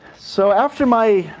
so after my